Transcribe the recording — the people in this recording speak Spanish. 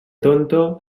tonto